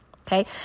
Okay